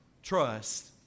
Trust